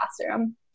classroom